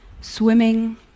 swimming